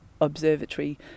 observatory